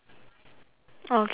oh okay then circle that